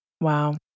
Wow